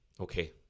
Okay